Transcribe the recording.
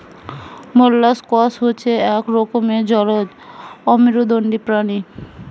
molluscs হচ্ছে এক রকমের জলজ অমেরুদন্ডী প্রাণী